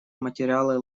материалы